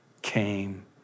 came